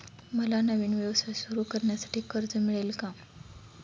मला नवीन व्यवसाय सुरू करण्यासाठी कर्ज मिळेल का?